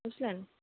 বুঝলেন